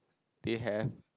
they have